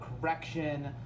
correction